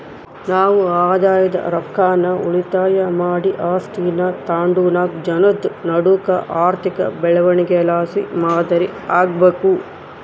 ನಾವು ಆದಾಯದ ರೊಕ್ಕಾನ ಉಳಿತಾಯ ಮಾಡಿ ಆಸ್ತೀನಾ ತಾಂಡುನಾಕ್ ಜನುದ್ ನಡೂಕ ಆರ್ಥಿಕ ಬೆಳವಣಿಗೆಲಾಸಿ ಮಾದರಿ ಆಗ್ಬಕು